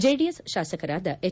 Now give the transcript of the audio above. JDS ತಾಸಕರಾದ ಹೆಚ್